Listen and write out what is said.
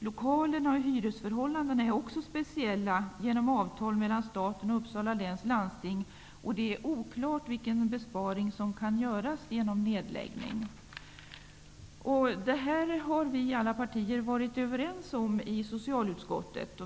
Lokalerna och hyresförhållandena är också speciella, genom avtal mellan staten och Uppsala läns landsting, och det är oklart vilken besparing som kan göras genom nedläggning. Detta har vi i alla partier varit överens om i socialutskottet.